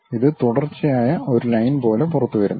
ഇത് തുടർച്ചയായ ഒരു ലൈൻ പോലെ പുറത്തുവരുന്നു